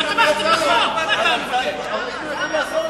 רבותי,